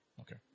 Okay